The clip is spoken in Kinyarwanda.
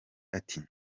ati